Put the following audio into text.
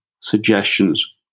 suggestions